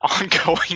ongoing